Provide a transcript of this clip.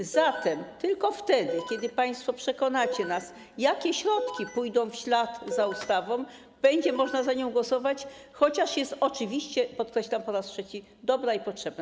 A zatem tylko wtedy, kiedy państwo przekonacie nas, jakie środki pójdą w ślad za ustawą, będzie można za nią głosować, chociaż jest ona oczywiście - podkreślam po raz trzeci - dobra i potrzebna.